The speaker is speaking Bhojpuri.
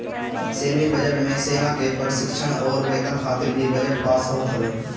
सैन्य बजट मे सेना के प्रशिक्षण अउरी वेतन खातिर भी बजट पास होत हवे